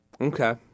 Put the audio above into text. Okay